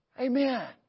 Amen